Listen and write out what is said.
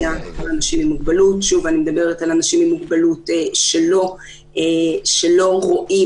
ואני מאוד מסכימה שלו במשטרה היו מועסקים יותר